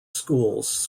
schools